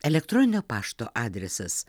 elektroninio pašto adresas